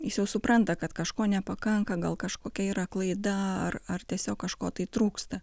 jis jau supranta kad kažko nepakanka gal kažkokia yra klaida ar ar tiesiog kažko tai trūksta